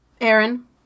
Aaron